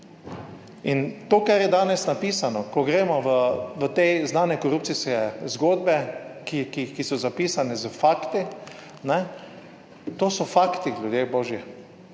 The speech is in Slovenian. In to, kar je danes napisano, ko gremo v te znane korupcijske zgodbe, ki so zapisane s fakti, to so fakti, ljudje božji.